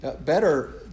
Better